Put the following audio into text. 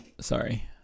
sorry